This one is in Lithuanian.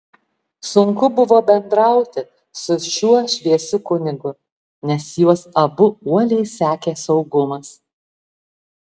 sunku buvo bendrauti su šiuo šviesiu kunigu nes juos abu uoliai sekė saugumas